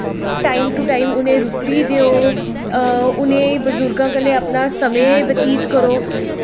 time to time उ'नेंगी रुट्टी देओ उ'नेंगी बजुर्गां कन्नै अपना समें बतीत करो